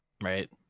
right